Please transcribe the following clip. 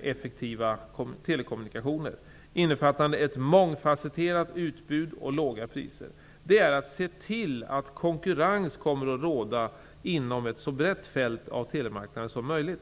effektiva telekommunikationer, innefattande ett mångfacetterat utbud och låga priser, är att se till att konkurrens kommer att råda inom ett så brett fält av telemarknaden som möjligt.